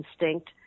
instinct